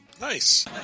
nice